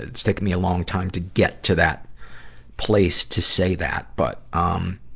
it's taken me a long time to get to that place to say that. but, um,